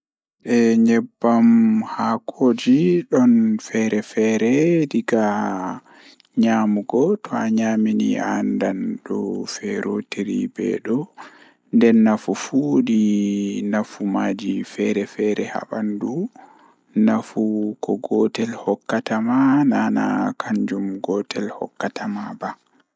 Ko njaŋnguɗi ko waawugol ngal wondi ɗoo aduna, Sabu ɗum njippita jam e waɗtuɗi waɗal ɗi ɓuri laawol. Neɗɗo waɗataa njaŋnguɗi heɓataa semmbugol waɗitde goongɗi ɗam e konngol ɗum. E waɗal ngal, Ko ɗum ndimaagu ɗi njogita waɗude laawol ngam noɗɗude laamu e njogorde ɗoo aduna.